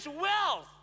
wealth